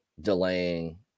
delaying